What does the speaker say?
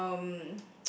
um